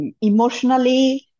emotionally